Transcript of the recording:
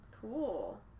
Cool